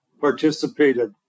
participated